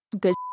Good